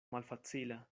malfacila